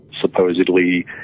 supposedly